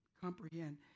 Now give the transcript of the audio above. comprehend